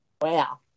Wow